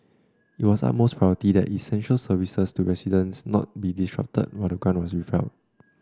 it was the utmost priority that essential services to residents not be disrupted while the grant was withheld